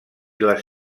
les